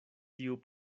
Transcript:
tiu